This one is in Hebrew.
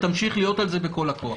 תמשיך להיות על זה בכל הכוח.